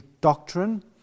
doctrine